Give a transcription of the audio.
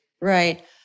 Right